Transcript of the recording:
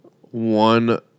one